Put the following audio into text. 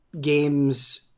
games